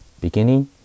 Beginning